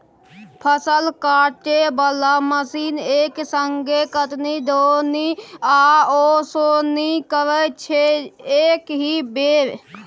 फसल काटय बला मशीन एक संगे कटनी, दौनी आ ओसौनी करय छै एकहि बेर